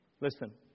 Listen